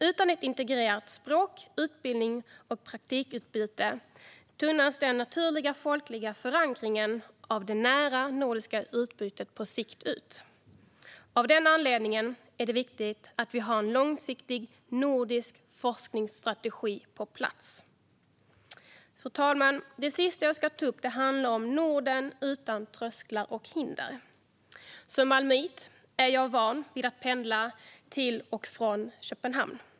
Utan ett integrerat språk, utbildnings och praktikutbyte tunnas den naturliga folkliga förankringen av det nära nordiska utbytet på sikt ut. Av den anledningen är det viktigt att vi har en långsiktig nordisk forskningsstrategi på plats. Fru talman! Det sista jag ska ta upp handlar om ett Norden utan trösklar och hinder. Som malmöit är jag van vid att pendla till och från Köpenhamn.